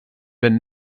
been